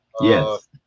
yes